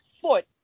foot